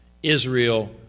Israel